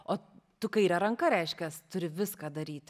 o tu kaire ranka reiškias turi viską daryti